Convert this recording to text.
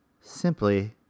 simply